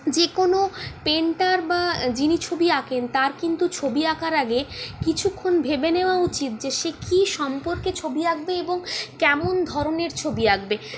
যেকোনো পেন্টার বা যিনি ছবি আঁকেন তার কিন্তু ছবি আঁকার আগে কিছুক্ষণ ভেবে নেওয়া উচিত যে সে কি সম্পর্কে ছবি আঁকবে এবং কেমন ধরনের ছবি আঁকবে